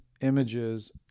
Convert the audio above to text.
images